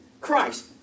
Christ